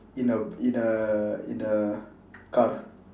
in a in a in a car